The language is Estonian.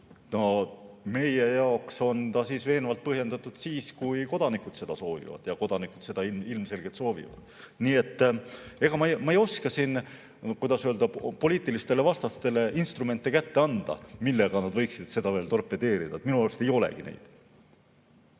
Meie jaoks on ta veenvalt põhjendatud siis, kui kodanikud seda soovivad. Ja kodanikud seda ilmselgelt soovivad. Nii et ega ma ei oska siin, kuidas öelda, poliitilistele vastastele instrumente kätte anda, millega nad võiksid seda veel torpedeerida. Minu arust neid ei olegi.